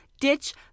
ditch